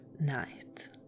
night